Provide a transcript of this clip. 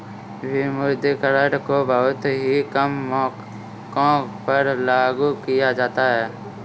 विमुद्रीकरण को बहुत ही कम मौकों पर लागू किया जाता है